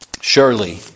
Surely